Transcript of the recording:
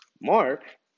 Mark